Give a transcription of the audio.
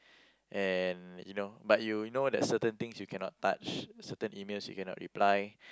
and you know but you know that certain things you cannot touch certain emails you cannot reply